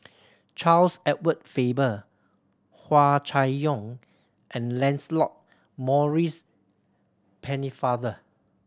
Charles Edward Faber Hua Chai Yong and Lancelot Maurice Pennefather